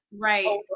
right